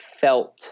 felt